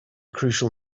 crucial